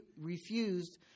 refused